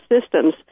systems